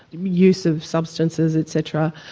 use of substances etc,